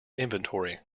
inventory